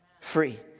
free